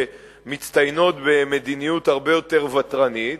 שמצטיינות במדיניות הרבה יותר ותרנית,